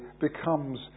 becomes